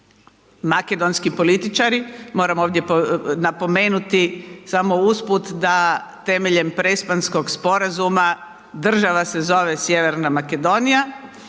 makedonski političari, moram ovdje napomenuti, samo usput, da temeljem …/Govornik se ne razumije./… sporazuma, država se zove Sjeverna Makedonija,